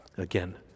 Again